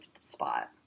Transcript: spot